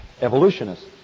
evolutionists